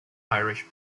irish